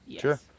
Sure